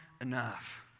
enough